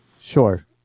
Sure